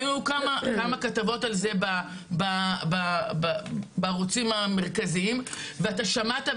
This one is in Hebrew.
היו כמה כתבות על זה בערוצים המרכזיים ואתה שמעת,